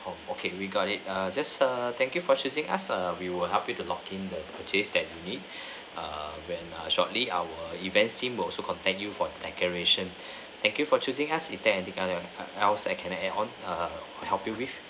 okay we got it err just err thank you for choosing us err we will help you to lock in the purchase that you need err when shortly our events team will also contact you for decoration thank you for choosing us is there anything else I can add on err help you with